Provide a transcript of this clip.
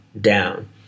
down